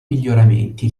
miglioramenti